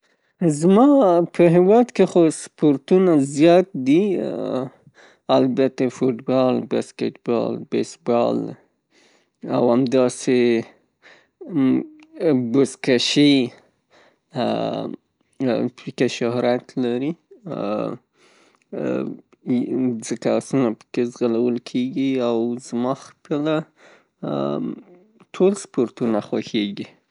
زما په هیواد خو سپورټونه زیاد دي البته فوتبال، باسکتبال، بیسبال او همداسې بزکشی په کې شهرت لري، ځکه آسونه په کې ځغلول کیږي او زما خپله ټول سپورټونه خوښیږي.